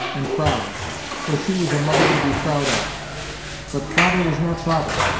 and proud for she was a mother to be proud of but father was not father!